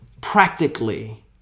practically